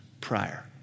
prior